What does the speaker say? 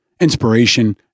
inspiration